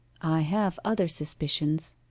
i have other suspicions